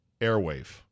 airwave